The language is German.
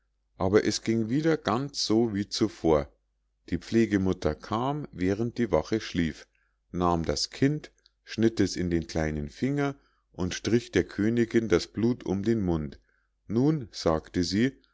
aber es ging wieder ganz so wie zuvor die pflegemutter kam während die wache schlief nahm das kind schnitt es in den kleinen finger und strich der königinn das blut um den mund nun sagte sie